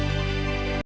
Дякую.